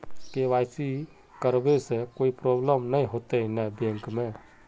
KYC करबे से कोई प्रॉब्लम नय होते न बैंक में?